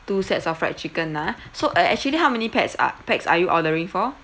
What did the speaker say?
two sets of fried chicken ah so uh actually how many pax uh pax are you ordering for